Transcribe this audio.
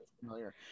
familiar